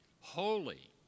holy